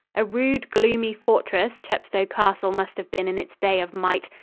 a rude, gloomy fortress chepstow castle must have been in its day of might,